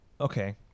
Okay